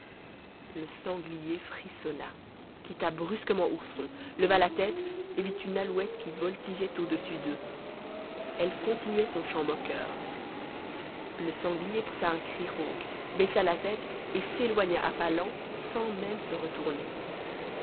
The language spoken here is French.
le sanglier frissonna quitta brusquement ourson leva la tête et vit une alouette qui voltigeait au-dessus d'eux elle continuait son chant moqueur le sanglier poussa un cri rauque baissa la tête et s'éloigna à pas lents sans même se retourner